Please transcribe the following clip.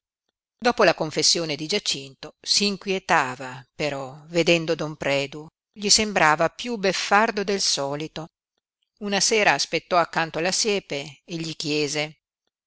dopo la confessione di giacinto s'inquietava però vedendo don predu gli sembrava piú beffardo del solito una sera aspettò accanto alla siepe e gli chiese